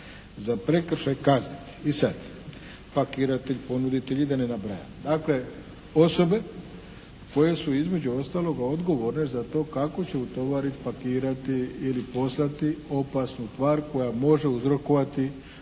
za prekršaj kazniti. I sad pakiratelj, ponuditelj i da ne nabrajam. Dakle osobe koje su između ostaloga odgovorne za to kako će utovariti, pakirati ili poslati opasnu tvar koja može uzrokovati